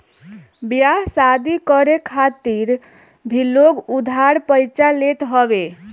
बियाह शादी करे खातिर भी लोग उधार पइचा लेत हवे